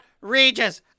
Regis